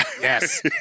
Yes